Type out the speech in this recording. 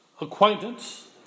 acquaintance